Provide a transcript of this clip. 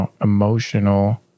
emotional